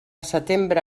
setembre